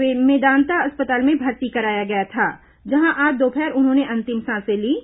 के मेदांता अस्पताल में भर्ती कराया गया था जहां आज दोपहर उन्होंने अंतिम सांसें लीं